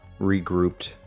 regrouped